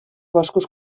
boscos